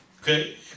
okay